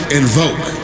invoke